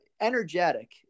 energetic